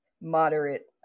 moderate